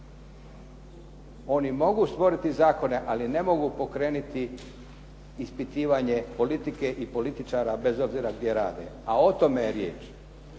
Oni mogu stvoriti zakone ali ne mogu pokrenuti ispitivanje politike i političara bez obzira gdje rade, a o tome riječ.